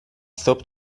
صبح